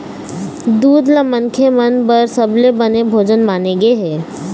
दूद ल मनखे मन बर सबले बने भोजन माने गे हे